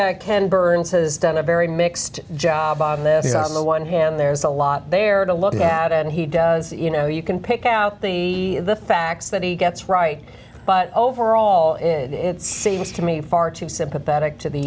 ken burns has done a very mixed job on this on the one hand there's a lot there to look at and he does you know you can pick out the the facts that he gets right but overall in seems to me fart sympathetic to the